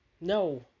No